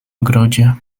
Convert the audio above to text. ogrodzie